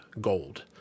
Gold